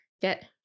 get